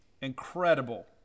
incredible